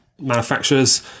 manufacturers